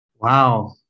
Wow